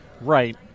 Right